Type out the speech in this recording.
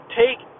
take